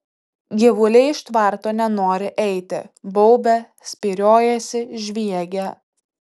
gyvuliai iš tvarto nenori eiti baubia spyriojasi žviegia